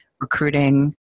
recruiting